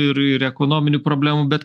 ir ir ekonominių problemų bet